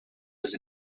was